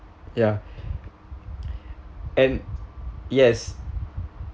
ya and yes